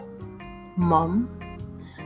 mom